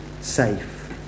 safe